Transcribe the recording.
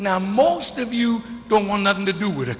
now most of you don't want nothing to do with